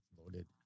Loaded